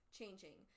changing